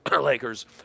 Lakers